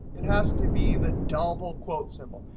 it has to be the double quote symbol.